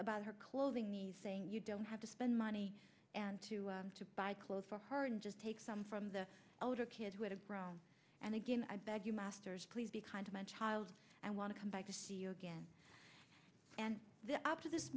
about her clothing needs saying you don't have to spend money and to to buy clothes for her and just take some from the older kids who have grown and again i beg you masters please be kind to my child and want to come back to see you again and then after this